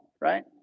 right